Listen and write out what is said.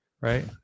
right